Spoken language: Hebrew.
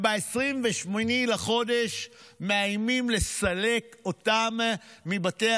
וב-28 בחודש מאיימים לסלק אותם מבתי